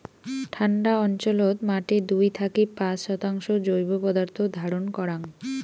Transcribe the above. ঠান্ডা অঞ্চলত মাটি দুই থাকি পাঁচ শতাংশ জৈব পদার্থ ধারণ করাং